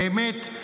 באמת,